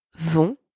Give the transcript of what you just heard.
Vont